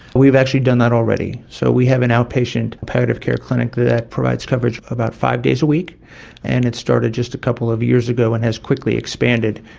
we've actually done that already. so we have an outpatient palliative care clinic that provides coverage about five days a week and it started just a couple of years ago and has quickly expanded.